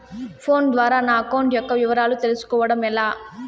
Phone ద్వారా నా account యొక్క వివరాలు తెలుస్కోవడం ఎలా?